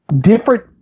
Different